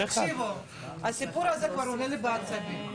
תקשיבו, הסיפור הזה כבר עולה לי על העצבים.